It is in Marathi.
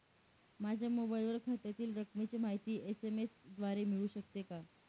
माझ्या मोबाईलवर खात्यातील रकमेची माहिती एस.एम.एस द्वारे मिळू शकते का?